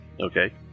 Okay